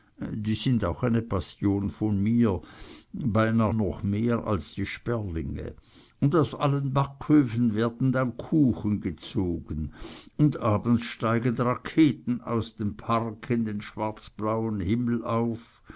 die sind auch eine passion von mir beinah noch mehr als die sperlinge und aus allen backöfen werden dann kuchen gezogen und abends steigen raketen aus dem park in den schwarzblauen himmel auf